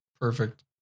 Perfect